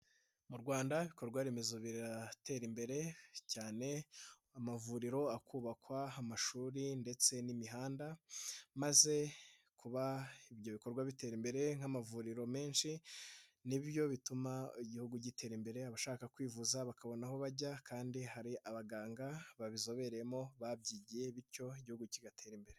Mu Rwanda ibikorwa remezo biratera imbere cyane, amavuriro akubakwa amashuri ndetse n'imihanda, maze kuba ibyo bikorwa bitera imbere nk'amavuriro menshi, nibyo bituma igihugu gitera imbere abashaka kwivuza bakabona aho bajya kandi hari abaganga babizobereyemo babyigiye bityo igihugu kigatera imbere.